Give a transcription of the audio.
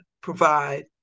provide